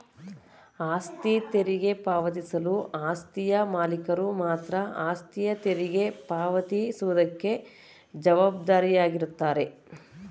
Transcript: ಆಸ್ತಿ ತೆರಿಗೆ ಪಾವತಿಸಲು ಆಸ್ತಿಯ ಮಾಲೀಕರು ಮಾತ್ರ ಆಸ್ತಿಯ ತೆರಿಗೆ ಪಾವತಿ ಸುವುದಕ್ಕೆ ಜವಾಬ್ದಾರಾಗಿರುತ್ತಾರೆ